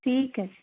ਠੀਕ ਹੈ ਜੀ